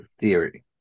theory